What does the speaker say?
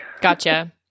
Gotcha